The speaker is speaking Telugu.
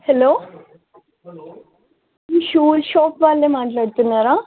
హలో షూస్ షాప్ వాళ్ళే మాట్లాడుతున్నారా